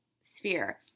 sphere